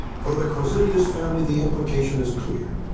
for the korzilius family, the implication is clear.